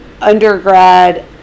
undergrad